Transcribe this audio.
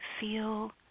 feel